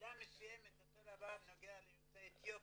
במידה מסוימת אותו דבר נוגע ליוצאי אתיופיה.